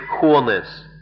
coolness